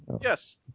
Yes